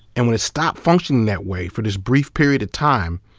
and when it stopped functioning that way for this brief period of time,